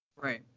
Right